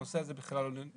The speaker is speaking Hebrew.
הנושא הזה בכלל לא נכלל.